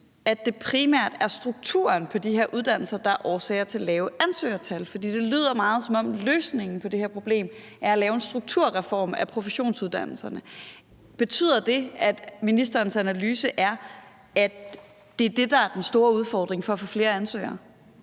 at det primært er strukturen på de her uddannelser, der er årsagen til de lave ansøgertal? For det lyder meget, som om løsningen på det her problem er at lave en strukturreform af professionsuddannelserne. Betyder det, at ministerens analyse er, at det er det, der er den store udfordring i forhold til at få flere ansøgere?